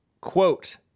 quote